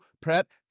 prep